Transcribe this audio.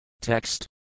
Text